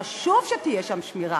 חשוב שתהיה שם שמירה,